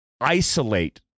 isolate